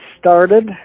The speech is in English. started